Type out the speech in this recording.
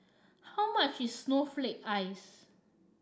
how much is Snowflake Ice